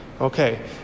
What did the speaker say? Okay